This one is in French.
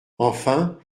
enfin